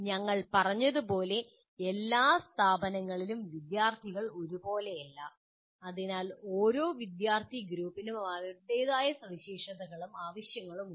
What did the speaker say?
ഞങ്ങൾ പറഞ്ഞതുപോലെ എല്ലാ സ്ഥാപനങ്ങളിലെയും വിദ്യാർത്ഥികൾ ഒരുപോലെയല്ല അതിനാൽ ഓരോ വിദ്യാർത്ഥി ഗ്രൂപ്പിനും അവരുടേതായ സവിശേഷതകളും ആവശ്യങ്ങളും ഉണ്ട്